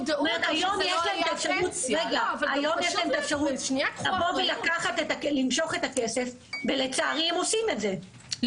היום יש להם את האפשרות למשוך את הכסף ולצערי הם עושים את זה,